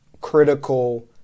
critical